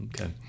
Okay